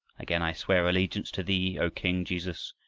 again i swear allegiance to thee, o king jesus,